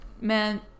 man